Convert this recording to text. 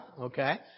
okay